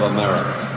America